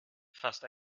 fast